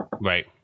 Right